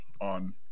On